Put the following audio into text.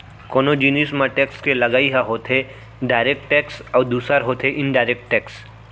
कोनो जिनिस म टेक्स के लगई ह होथे डायरेक्ट टेक्स अउ दूसर होथे इनडायरेक्ट टेक्स